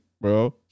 bro